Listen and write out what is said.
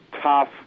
tough